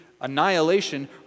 annihilation